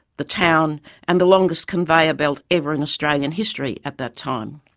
the town and the longest conveyer belt ever in australian history at that time.